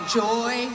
joy